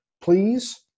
Please